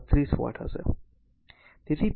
તેથી તે 132 વોટ હશે